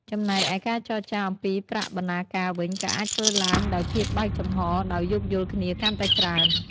ចំណែកឯការចរចាអំពីប្រាក់បណ្តាការវិញ ក៏អាចធ្វើឡើងដោយភាពបើកចំហរ ដោយយោគយល់គ្នាកាន់តែច្រើន។